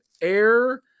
Air